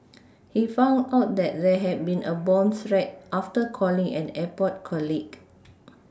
he found out that there had been a bomb threat after calling an airport colleague